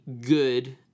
good